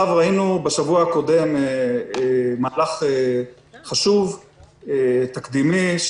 ראינו בשבוע הקודם מהלך חשוב ותקדימי,